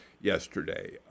yesterday